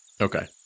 okay